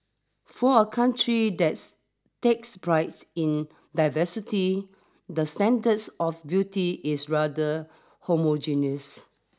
for a country thats takes prides in diversity the standards of beauty is rather homogeneous